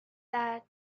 that